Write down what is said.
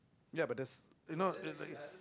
ya but there's you know is like